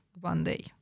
one-day